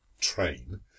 train